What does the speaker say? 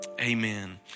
Amen